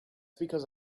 because